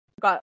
got